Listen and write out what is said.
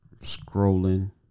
scrolling